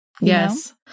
Yes